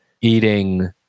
eating